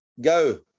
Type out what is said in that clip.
go